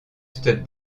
stud